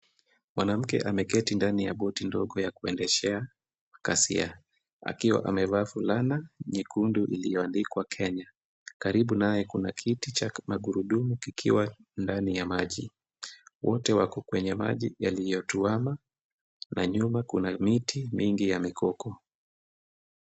Mwanamke ameketi ndani ya boti ndogo ya kuendeshea, kasia, akiwa amevaa fulana, nyekundu iliyoandikwa Kenya, karibu naye kuna kiti cha magurudumu kikiwa ndani ya maji, wote wako kwenye maji, yaliyotuwama na nyuma kuna miti mingi ya mikoko.